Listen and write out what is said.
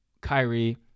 Kyrie